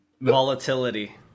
volatility